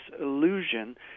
illusion